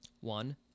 one